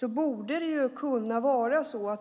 Då borde